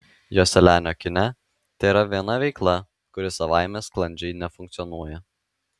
joselianio kine tėra viena veikla kuri savaime sklandžiai nefunkcionuoja